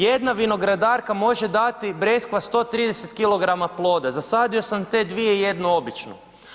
Jedna vinogradarka može dati, breskva, 130 kg ploda, zasadio sam te dvije i jednu običnu.